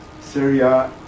Syria